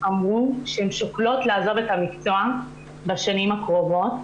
לעזוב את המקצוע בשנים הקרובות.